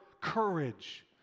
courage